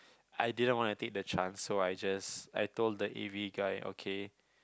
I didn't wanna take the chance so I just I told the A_V guy okay